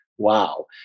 wow